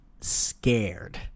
scared